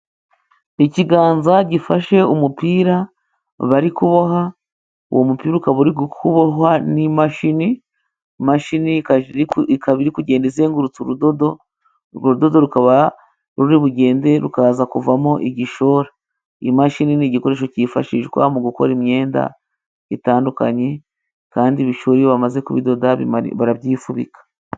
Ikiganza gifashe umupira bari kuboha uwo mupira ukaba uri kubohwa n'imashini, imashini ikaba iri kugenda izengurutse urudodo urwo rudodo rukaba ruri bugende rukaza kuvamo igishora. Imashini ni igikoresho cyifashishwa mu gukora imyenda itandukanye kandi ibishora iyo bamaze kubidoda barabyifubika.